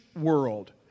world